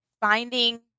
finding